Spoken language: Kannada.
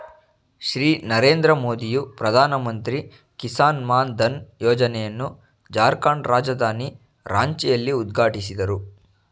ಶ್ರೀ ನರೇಂದ್ರ ಮೋದಿಯು ಪ್ರಧಾನಮಂತ್ರಿ ಕಿಸಾನ್ ಮಾನ್ ಧನ್ ಯೋಜನೆಯನ್ನು ಜಾರ್ಖಂಡ್ ರಾಜಧಾನಿ ರಾಂಚಿಯಲ್ಲಿ ಉದ್ಘಾಟಿಸಿದರು